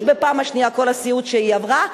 בפעם השנייה את כל הסיוט שהיא עברה,